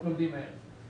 לאורחים ב-זום